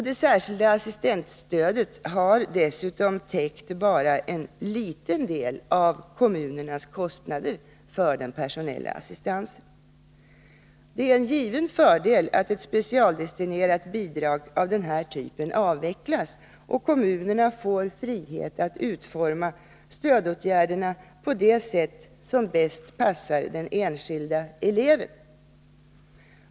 Det särskilda assistentstödet har dessutom täckt bara en liten del av kommunernas kostnader för den personella assistansen. Det är en given fördel att ett specialdestinerat bidrag av den här typen avvecklas och att kommunerna får frihet att utforma stödåtgärderna på det sätt som bäst passar den enskilde eleven.